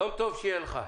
יום טוב שיהיה לך.